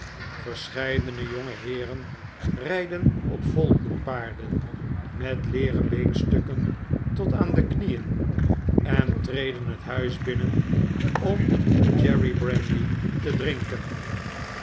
verscheidene jonge heeren rijden op volbloed paarden met leeren been stukken tot aan de knieen en treden het huis binnen om cherry brandy te drinken